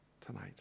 tonight